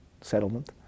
settlement